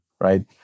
right